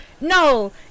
no